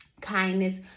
kindness